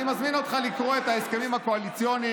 אני מזמין אותך לקרוא את ההסכמים הקואליציוניים